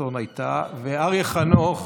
זלמנסון הייתה, ואריה חנוך.